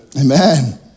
Amen